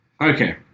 Okay